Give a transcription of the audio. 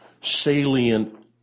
salient